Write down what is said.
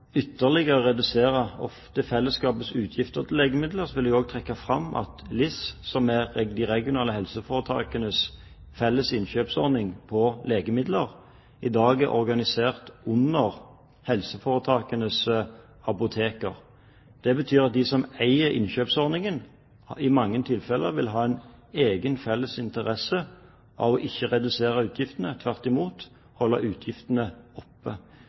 redusere fellesskapets utgifter til legemidler på, vil jeg trekke fram at LIS, som er de regionale helseforetakenes felles innkjøpsordning for legemidler, i dag er organisert under helseforetakenes apoteker. Det betyr at de som eier innkjøpsordningen, i mange tilfeller vil ha en egen felles interesse av ikke å redusere utgiftene, men tvert imot holde utgiftene oppe.